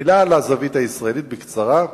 מלה על הזווית הישראלית, בקצרה.